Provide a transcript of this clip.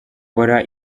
kora